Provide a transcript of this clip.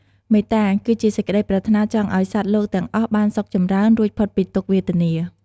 មេត្តា គឺជាសេចក្ដីប្រាថ្នាចង់ឱ្យសត្វលោកទាំងអស់បានសុខចម្រើន រួចផុតពីទុក្ខវេទនា។